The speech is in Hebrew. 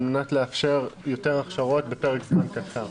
על מנת לאפשר יותר הכשרות בפרק זמן קצר.